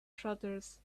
shutters